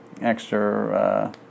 extra